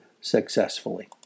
successfully